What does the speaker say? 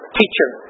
teacher